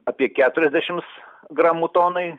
apie keturiasdešimts gramų tonai